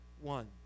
one